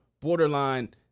borderline